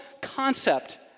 concept